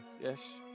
Yes